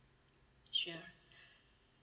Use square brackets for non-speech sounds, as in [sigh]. sure [breath]